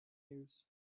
years